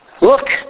look